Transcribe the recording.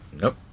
nope